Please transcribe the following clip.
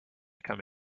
come